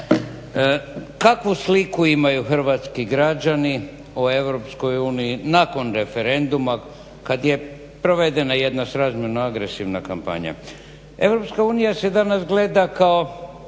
Kakvu sliku imaju hrvatski građani o EU nakon referenduma kada je provedena jedna srazmjerno agresivna kampanja? EU se danas gleda kao